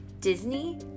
Disney